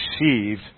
received